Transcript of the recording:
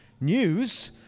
News